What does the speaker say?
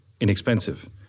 inexpensive